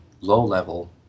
low-level